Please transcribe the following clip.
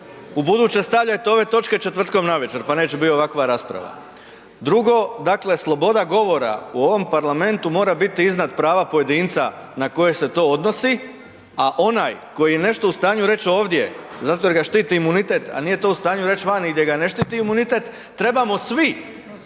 ubuduće stavljajte ove točke četvrtkom navečer pa neće biti ovakva rasprava. Drugo, dakle sloboda govora u ovom Parlamentu mora biti iznad prava pojedinca na koje se to odnosi a onaj koji je nešto u stanju reći ovdje zato jer ga štiti imunitet a nije to u stanju vani gdje ga ne štiti imunitet, trebamo svi,